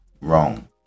wrong